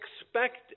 expect